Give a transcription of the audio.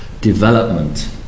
development